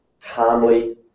calmly